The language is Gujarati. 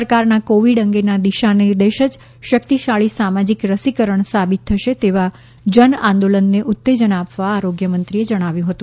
સરકારના કોવિડ અંગેના દિશા નિર્દેશ જ શક્તિશાળી સામાજીક રસીકરણ સાબિત થશે તેવા જન આંદોલનને ઉત્તેજન આપવા આરોગ્યમંત્રીએ જણાવ્યું હતુ